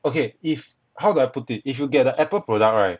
okay if how do I put it if you get a apple product right